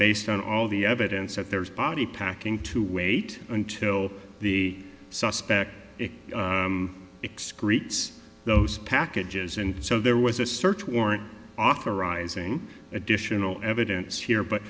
based on all the evidence that there is body packing to wait until the suspect excretes those packages and so there was a search warrant authorizing additional evidence here but